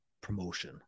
promotion